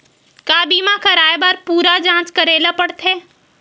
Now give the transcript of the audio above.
का बीमा कराए बर पूरा जांच करेला पड़थे?